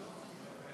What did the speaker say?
לו,